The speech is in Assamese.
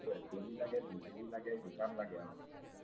এক কে জি লাগে দুই কে জি লাগে যিমান লাগে আৰু